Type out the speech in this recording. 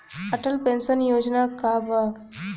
Atal pension Yojana का बा?